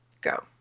Go